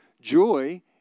Joy